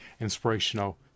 inspirational